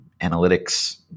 analytics